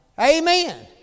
Amen